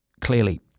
clearly